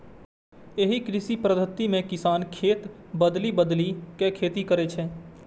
एहि कृषि पद्धति मे किसान खेत बदलि बदलि के खेती करै छै